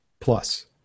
plus